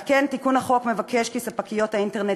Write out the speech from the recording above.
על כן תיקון החוק מבקש כי ספקיות האינטרנט